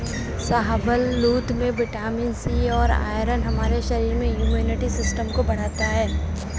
शाहबलूत में vitamin C और आयरन हमारे शरीर में इम्युनिटी सिस्टम को बढ़ता है